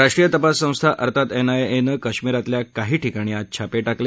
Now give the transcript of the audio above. राष्ट्रीय तपास संस्था अर्थात एनआयए नं काश्मिरातल्या काही ठिकाणी आज छापे टाकले